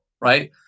right